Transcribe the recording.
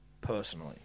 personally